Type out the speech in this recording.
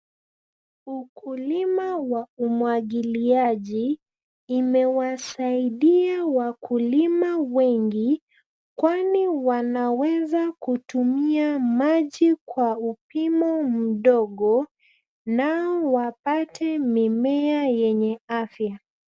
Ukulima wa umwagiliaji imewasaidia wakulima wengi kwani wanaweza kutumia maji kwa upimo mdogo, nao wapate mimea yenye afya.